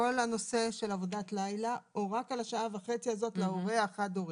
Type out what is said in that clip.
הנושא של עבודת לילה או רק על השעה וחצי הזאת להורה החד הורי?